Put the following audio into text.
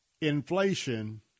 Inflation